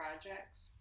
projects